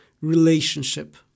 relationship